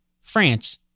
France